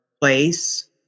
place